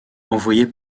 envoyé